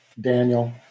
Daniel